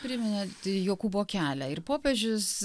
priminėt jokūbo kelią ir popiežius